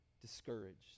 discouraged